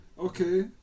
okay